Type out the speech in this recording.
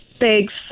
Thanks